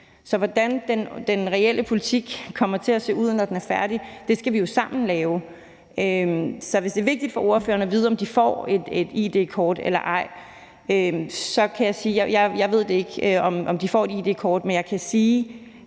Så hvordan den reelle politik kommer til at se ud, når den er færdig, skal vi jo sammen finde ud af. Hvis det er vigtigt for ordføreren at vide, om de får et id-kort eller ej, så kan jeg sige, at jeg ikke ved, om de får et id-kort. Men jeg kan sige,